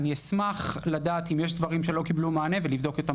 אשמח לדעת אם יש דברים שלא קבלו מענה ולבדוק אותם